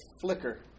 flicker